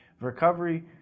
Recovery